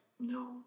No